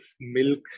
milk